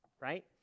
right